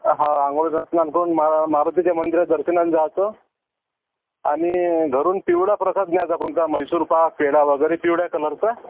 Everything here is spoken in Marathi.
हाव आंघोळस्नान कून म मारुतीच्या मंदिरात दर्शनाला जायचं आणि घरून पिवळा प्रसाद न्यायचा कोणता मैसूर पाक पेढा वगैरे पिवळ्या कलरचा